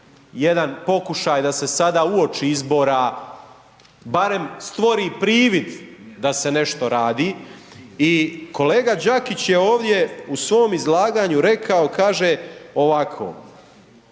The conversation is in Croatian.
jedan pokušaj da se sada uoči izbora barem stvori privid da se nešto radi i kolega Đakić je ovdje u svom izlaganju rekao, kaže ovako,